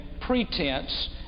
pretense